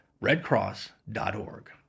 redcross.org